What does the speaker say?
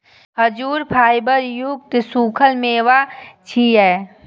खजूर फाइबर युक्त सूखल मेवा छियै